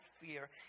fear